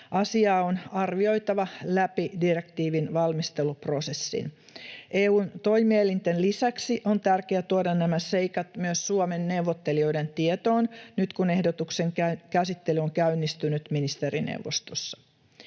Asiaa on arvioitava läpi direktiivin valmisteluprosessin. EU:n toimielinten lisäksi on tärkeää tuoda nämä seikat myös Suomen neuvottelijoiden tietoon nyt, kun ehdotuksen käsittely on käynnistynyt ministerineuvostossa.